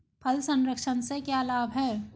फल संरक्षण से क्या लाभ है?